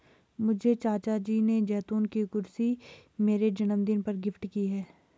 मुझे चाचा जी ने जैतून की कुर्सी मेरे जन्मदिन पर गिफ्ट की है